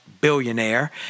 billionaire